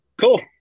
Cool